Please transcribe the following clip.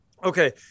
Okay